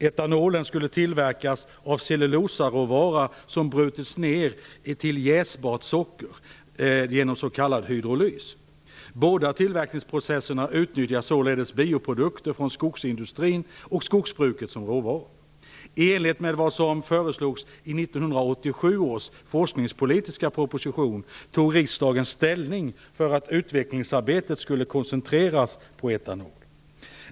Etanolen skulle tillverkas av cellulosaråvara som brutits ned till jäsbart socker genom s.k. hydrolys. Båda tillverkningsprocesserna utnyttjar således bioprodukter från skogsindustrin och skogsbruket som råvaror. I enlighet med vad som föreslogs i 1987 års forskningspolitiska proposition tog riksdagen ställning för att utvecklingsarbetet skulle koncentreras på etanol.